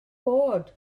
bod